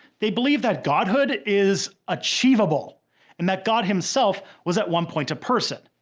they believe that godhood is achievable and that god himself was at one point a person.